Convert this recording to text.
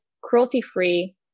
cruelty-free